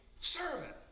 servant